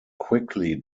quickly